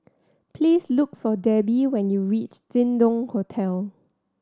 please look for Debbie when you reach Jin Dong Hotel